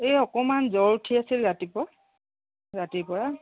এ অকণমান জ্বৰ উঠি আছিল ৰাতিপুৱা ৰাতিৰ পৰা